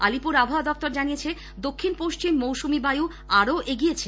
আলিপুর আবহাওয়া দপ্তর জানিয়েছে দক্ষিন পশ্চিম মৌসুমী বায় আরও এগিয়েছে